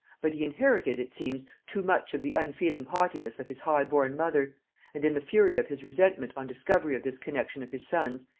but he inherited, it seems, too much of the unfeeling haughtiness of his high-born mother and in the fury of his resentment on discovery of this connexion of his son's,